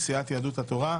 הכנסת.